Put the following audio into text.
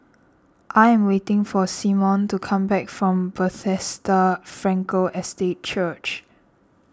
I am waiting for Symone to come back from Bethesda Frankel Estate Church